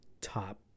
top